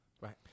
Right